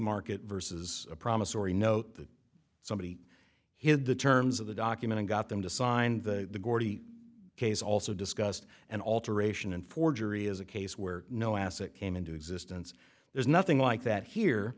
market versus a promissory note that somebody hid the terms of the document and got them to sign the case also discussed and alteration and forgery is a case where no asset came into existence there's nothing like that here